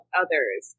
others